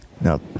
Now